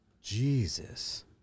Jesus